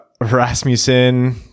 Rasmussen